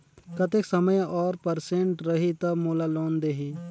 कतेक समय और परसेंट रही तब मोला लोन देही?